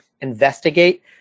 investigate